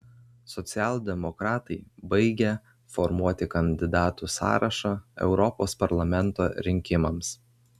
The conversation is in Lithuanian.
socialdemokratai baigė formuoti kandidatų sąrašą europos parlamento rinkimams